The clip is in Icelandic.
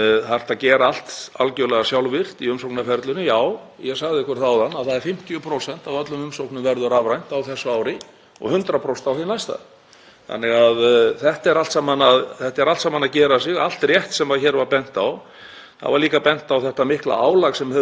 Þannig að þetta er allt saman að gera sig og allt rétt sem hér var bent á. Það var líka bent á þetta mikla álag sem hefur verið á stofnuninni og ég vil nota tækifærið og nefna þá í leiðinni ómálefnalega gagnrýni margra þingmanna á þessa stofnun og starfsfólkið sem þar vinnur